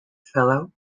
fellow